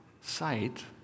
sight